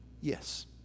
Yes